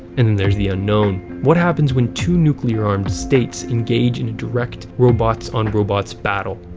and then there's the unknown what happens when two nuclear armed states engage in a direct, robots-on-robots battle?